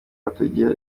hatagira